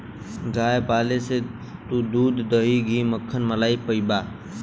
गाय पाले से तू दूध, दही, घी, मक्खन, मलाई पइबा